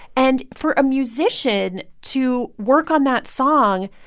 and for a musician to work on that song,